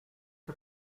the